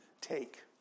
Take